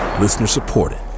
Listener-supported